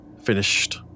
finished